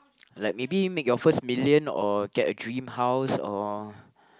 like maybe make your first million or get a dream house or